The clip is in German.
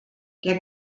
der